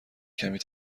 کمی